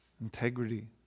integrity